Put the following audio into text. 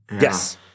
Yes